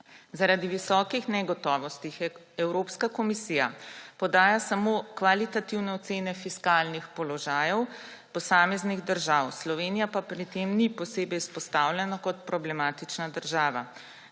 Zaradi visokih negotovosti Evropska komisija podaja samo kvalitativne ocene fiskalnih položajev posameznih držav, Slovenija pa pri tem ni posebej izpostavljena kot problematična država.